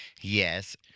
Yes